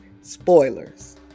spoilers